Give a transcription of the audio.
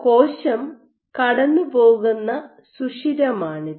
കോശം കടന്നുപോകുന്ന സുഷിരമാണിത്